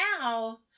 now